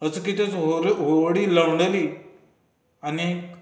अचकीतच व्होडी व्हडी लवंडली आनी